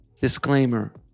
Disclaimer